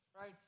Right